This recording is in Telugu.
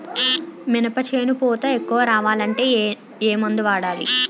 మినప చేను పూత ఎక్కువ రావాలి అంటే ఏమందు వాడాలి?